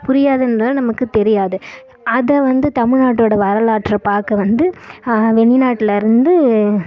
புரியாதுன்னு இல்லை நமக்கு தெரியாது அதை வந்து தமிழ்நாட்டோட வரலாற்றை பார்க்க வந்து வெளிநாட்டிலருந்து